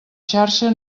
xarxa